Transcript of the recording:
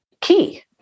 key